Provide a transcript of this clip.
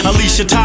Alicia